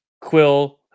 Quill